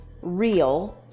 real